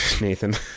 Nathan